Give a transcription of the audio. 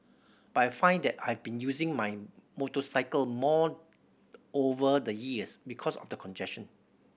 but I find that I've been using my motorcycle more over the years because of the congestion